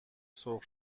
سرخ